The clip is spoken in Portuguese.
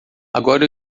agora